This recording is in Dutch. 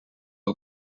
een